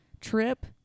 trip